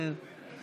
כן.